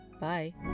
Bye